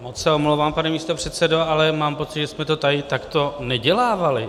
Moc se omlouvám, pane místopředsedo, ale mám pocit, že jsme to tady takto nedělávali.